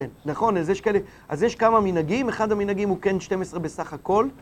נכון, אז יש כאלה, אז יש כמה מנהגים, אחד המנהגים הוא כן 12 בסך הכול.